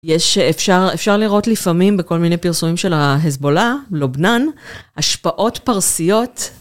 אפשר לראות לפעמים בכל מיני פרסומים של ה-Hezbolla, לובנן, השפעות פרסיות.